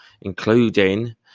including